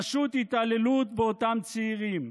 פשוט התעללות באותם צעירים.